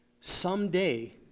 Someday